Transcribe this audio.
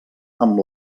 amb